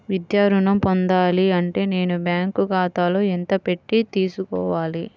విద్యా ఋణం పొందాలి అంటే నేను బ్యాంకు ఖాతాలో ఎంత పెట్టి తీసుకోవాలి?